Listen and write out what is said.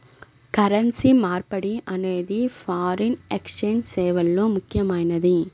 currency మార్పిడి అనేది foreign exchange సేవల్లో ముఖ్యమైనది